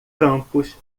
campos